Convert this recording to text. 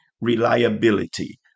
reliability